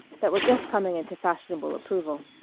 that were just coming into fashionable approval.